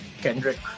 Kendrick